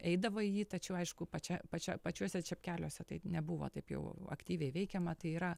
eidavo į jį tačiau aišku pačia pačia pačiuose čepkeliuose tai nebuvo taip jau aktyviai veikiama tai yra